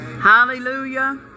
Hallelujah